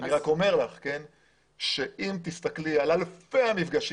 אני רק אומר לך שאם תסתכלי על אלפי המפגשים